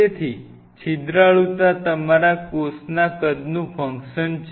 તેથી છિદ્રાળુતા એ તમારા કોષના કદનું ફંકશન છે